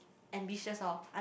ambitious lor I'm